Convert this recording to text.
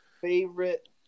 favorite